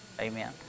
Amen